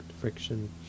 friction